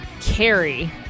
Carrie